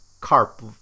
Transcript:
CARP